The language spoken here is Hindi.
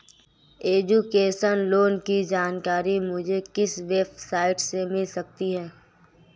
एजुकेशन लोंन की जानकारी मुझे किस वेबसाइट से मिल सकती है?